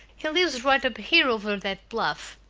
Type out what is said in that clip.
he lives right up here over that bluff.